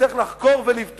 שתצטרך לחקור ולבדוק